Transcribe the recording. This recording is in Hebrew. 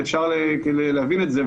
ואפשר להבין את זה,